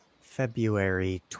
February